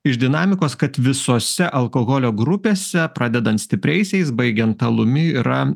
iš dinamikos kad visose alkoholio grupėse pradedant stipriaisiais baigiant alumi yra